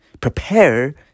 prepare